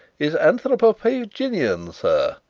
is anthropophaginian, sir.